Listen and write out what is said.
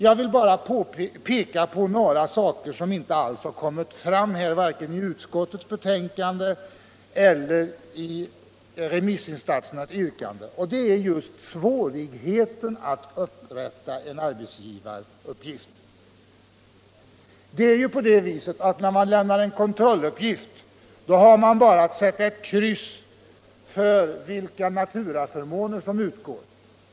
Jag vill bara peka på några saker som inte alls kommit fram vare sig i utskoltets betänkande eller i remissinstansernas yttranden. Det är bl.a. just svårigheten atut upprätta en arbetsgivaruppgift. När man lämnar en kontrolluppgift har man bara att sätta kryss för vilka naturaförmåner som utgår.